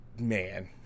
man